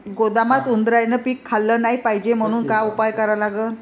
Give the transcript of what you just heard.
गोदामात उंदरायनं पीक खाल्लं नाही पायजे म्हनून का उपाय करा लागन?